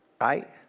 Right